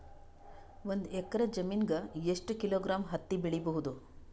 ಒಂದ್ ಎಕ್ಕರ ಜಮೀನಗ ಎಷ್ಟು ಕಿಲೋಗ್ರಾಂ ಹತ್ತಿ ಬೆಳಿ ಬಹುದು?